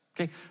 Okay